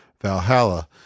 Valhalla